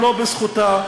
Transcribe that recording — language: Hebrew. ולא בזכותה.